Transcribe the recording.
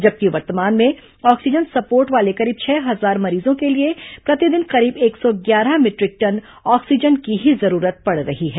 जबकि वर्तमान में ऑक्सीजन सपोर्ट वाले करीब छह हजार मरीजों के लिए प्रतिदिन करीब एक सौ ग्यारह मिट्रिक टन ऑक्सीजन की ही जरूरत पड रही है